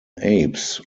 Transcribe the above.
apes